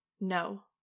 No